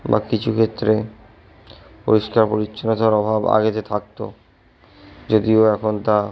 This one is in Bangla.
বা কিছু ক্ষেত্রে পরিষ্কার পরিচ্ছন্নতার অভাব আগে যে থাকতো যদিও এখন তা